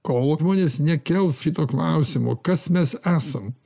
kol žmonės nekels šito klausimo kas mes esam